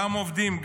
גם עובדים,